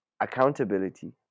accountability